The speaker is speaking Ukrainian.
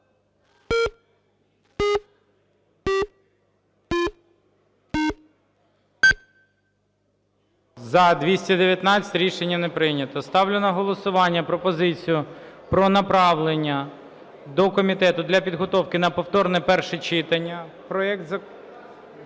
За-219 Рішення не прийнято. Ставлю на голосування пропозицію про направлення до комітету для підготовки на повторне перше читання проект Закону